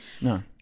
No